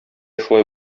шулай